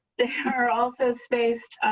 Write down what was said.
the hurdle says faced